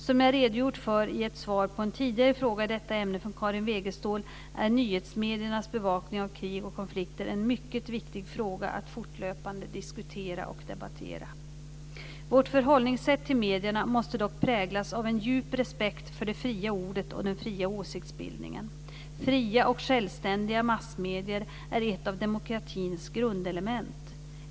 Som jag redogjort för i ett svar på en tidigare fråga i detta ämne från Karin Wegestål är nyhetsmediernas bevakning av krig och konflikter en mycket viktig fråga att fortlöpande diskutera och debattera. Vårt förhållningssätt till medierna måste dock präglas av en djup respekt för det fria ordet och den fria åsiktsbildningen. Fria och självständiga massmedier är ett av demokratins grundelement.